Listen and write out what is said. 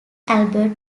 albert